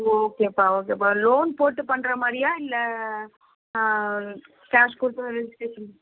ஓகேப்பா ஓகேப்பா லோன் போட்டு பண்ணுறமாரியா இல்லை ஆ கேஷ் கொடுத்து ரிஜிஸ்ட்ரேஷன்